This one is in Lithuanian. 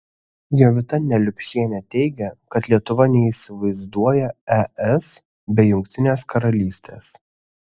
jovita neliupšienė teigia kad lietuva neįsivaizduoja es be jungtinės karalystės